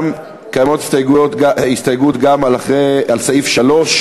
קבוצת סיעת ש"ס וקבוצת סיעת יהדות התורה לאחרי סעיף 2